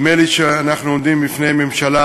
נדמה לי שאנחנו עומדים בפני ממשלה